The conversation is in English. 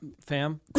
fam